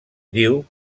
diu